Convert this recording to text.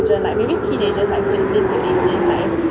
children like maybe teenagers like fifteen to eighteen like